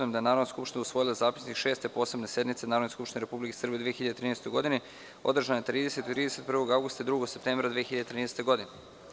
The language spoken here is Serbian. Konstatujem da je Narodna skupština usvojila Zapisnik Šeste posebne sednice Narodne skupštine Republike Srbije u 2013. godini, održane 30. i 31. avgusta i 2. septembra 2013. godine.